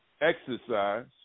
exercise